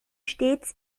stets